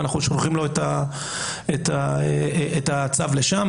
ואנחנו שולחים לו את הצו לשם.